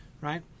right